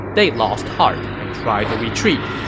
they lost heart and tried to retreat.